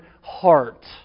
heart